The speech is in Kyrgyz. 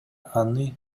аны